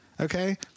okay